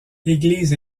église